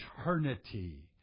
eternity